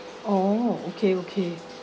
oh okay okay